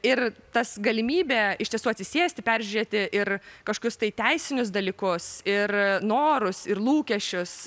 ir tas galimybė iš tiesų atsisėsti peržiūrėti ir kažkokius tai teisinius dalykus ir norus ir lūkesčius